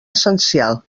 essencial